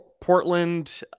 Portland